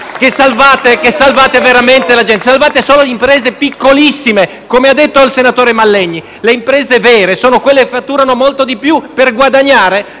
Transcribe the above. star salvando la gente, perché salvate solo imprese piccolissime, come ha detto il senatore Mallegni. Le imprese vere sono quelle che fatturano molto di più, per guadagni